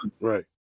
Right